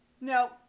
No